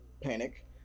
panic